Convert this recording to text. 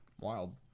Wild